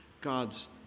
God's